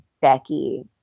Becky